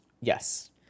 Yes